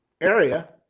area